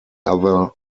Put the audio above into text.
other